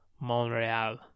Montreal